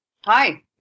Hi